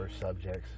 subjects